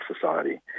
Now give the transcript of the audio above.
society